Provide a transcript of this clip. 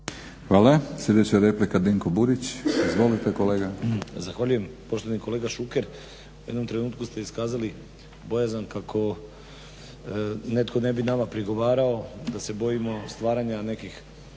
Hvala. Sljedeća replika Dinko Burić. Izvolite kolega. **Burić, Dinko (HDSSB)** Zahvaljujem. Poštovani kolega Šuker, u jednom trenutku ste iskazali bojazan kako netko ne bi nama prigovarao da se bojimo stvaranja nekih